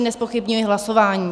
Nezpochybňuji hlasování.